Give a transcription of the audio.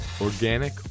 Organic